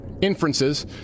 inferences